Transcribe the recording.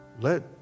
Let